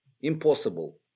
impossible